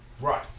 Right